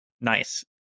Nice